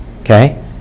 Okay